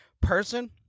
person